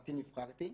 ולשמחתי נבחרתי.